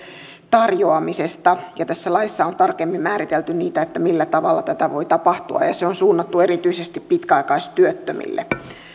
tarjoamisesta tässä laissa on tarkemmin määritelty millä tavalla tätä voi tapahtua ja ja se on suunnattu erityisesti pitkäaikaistyöttömille